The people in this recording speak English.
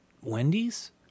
Wendy's